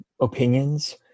opinions